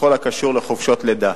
בכל הקשור לחופשת לידה.